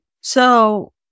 So-